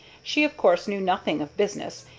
she of course knew nothing of business,